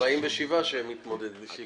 יש 47 רשימות שמתמודדות.